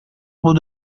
بود